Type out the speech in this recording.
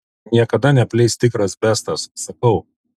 niekada neapleis tikras bestas sakau